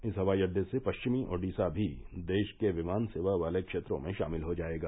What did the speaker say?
इस हवाई अड्डे से पश्चिमी ओडिसा भी देश के विमान सेवा वाले क्षेत्रों में शामिल हो जायेगा